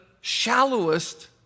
shallowest